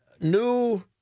new